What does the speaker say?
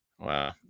Wow